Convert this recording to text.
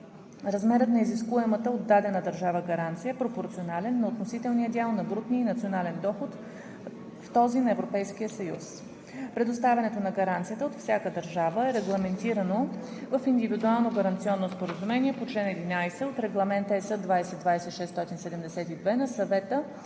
Размерът на изискуемата от дадена държава гаранция е пропорционален на относителния дял на брутния й национален доход в този на Европейския съюз. Предоставянето на гаранцията от всяка държава е регламентирано в индивидуално гаранционно споразумение по чл. 11 от Регламент (ЕС) 2020/672 на Съвета